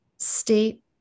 state